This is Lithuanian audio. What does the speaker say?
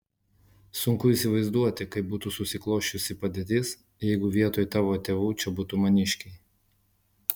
sunku įsivaizduoti kaip būtų susiklosčiusi padėtis jeigu vietoj tavo tėvų čia būtų maniškiai